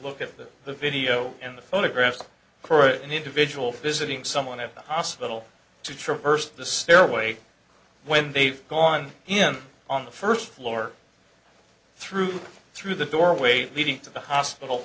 look at the video in the photographs for an individual visiting someone at the hospital to traverse the stairway when they've gone in on the first floor through through the doorway leading to the hospital